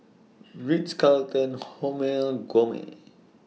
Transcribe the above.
Ritz Carlton Hormel Gourmet